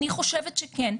אני חושבת שכן,